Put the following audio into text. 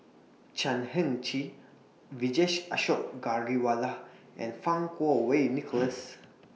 Chan Heng Chee Vijesh Ashok Ghariwala and Fang Kuo Wei Nicholas